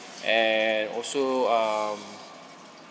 and also um